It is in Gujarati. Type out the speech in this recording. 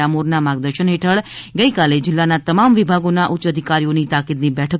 ડામોરના માર્ગદર્શન હેઠળ ગઇકાલે જિલ્લાના તમામ વિભાગોના ઉચ્ચ અધિકારીઓની તાકીદની બેઠક યોજાઈ હતી